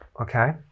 Okay